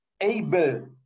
able